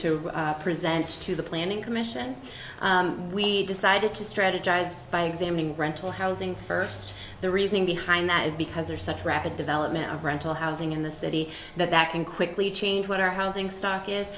to present to the planning commission we decided to strategize by examining rental housing first the reasoning behind that is because there's such rapid development of rental housing in the city that can quickly change what our housing stock is